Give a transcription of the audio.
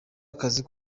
akazi